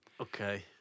Okay